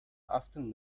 often